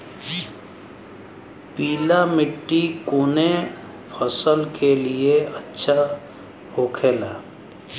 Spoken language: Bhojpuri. पीला मिट्टी कोने फसल के लिए अच्छा होखे ला?